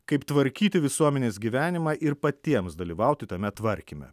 kaip tvarkyti visuomenės gyvenimą ir patiems dalyvauti tame tvarkyme